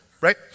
right